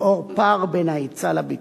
לאור הפער בין ההיצע לביקוש.